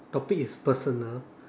topic is personal